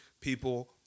people